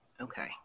Okay